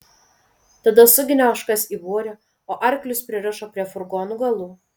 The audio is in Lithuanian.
tada suginė ožkas į būrį o arklius pririšo prie furgonų galų